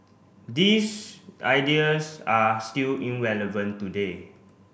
these ideas are still in relevant today